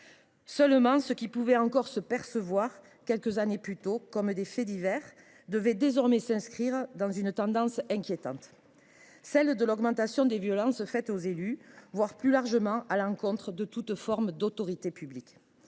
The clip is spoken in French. Ce qui se percevait encore quelques années plus tôt comme des faits divers devait dès lors s’inscrire dans une tendance inquiétante, celle de l’augmentation des violences faites aux élus, voire, plus largement, envers toute forme d’autorité publique.